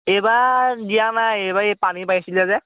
এইবাৰ দিয়া নাই এইবাৰ এই পানী পাইছিলে যে